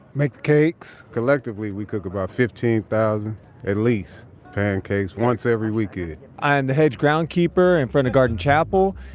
makes the cakes collectively, we cook about fifteen thousand at least pancakes once every weekend i am the head groundkeeper in front of garden chapel.